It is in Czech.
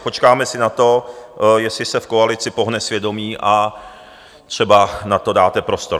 Počkáme si na to, jestli se v koalici pohne svědomí, a třeba na to dáte prostor.